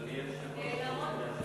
גזען כלפי המיעוט.